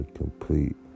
complete